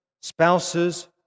spouses